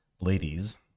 ladies